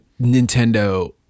Nintendo